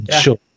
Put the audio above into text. sure